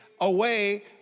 away